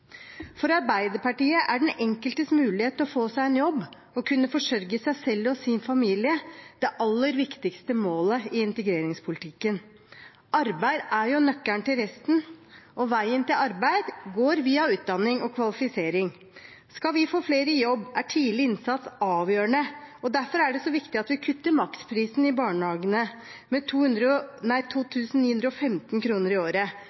For Arbeiderpartiet er den enkeltes mulighet til å få seg en jobb og kunne forsørge seg selv og sin familie det aller viktigste målet i integreringspolitikken. Arbeid er jo nøkkelen til resten, og veien til arbeid går via utdanning og kvalifisering. Skal vi få flere i jobb, er tidlig innsats avgjørende. Derfor er det så viktig at vi kutter maksprisen i barnehagene med 2 915 kr i året og innfører gratis kjernetid i